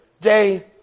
day